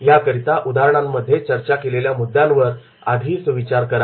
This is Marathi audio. याकरिता उदाहरणांमध्ये चर्चा केलेल्या मुद्द्यांवर आधीच विचार करा